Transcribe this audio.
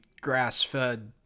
grass-fed